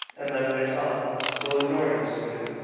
and then went on, still ignoring the student,